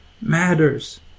matters